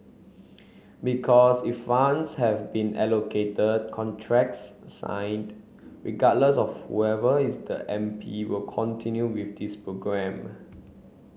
because if funds have been allocated contracts signed regardless of whoever is the M P will continue with this programme